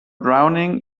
drowning